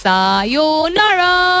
Sayonara